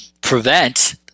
prevent –